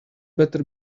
better